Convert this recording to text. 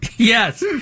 Yes